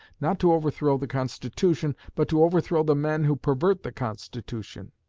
not to overthrow the constitution, but to overthrow the men who pervert the constitution